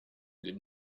good